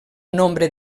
nombre